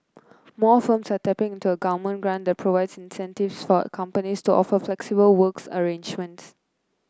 more firms are tapping into a government grant that provides incentives for companies to offer flexible work arrangements